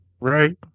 Right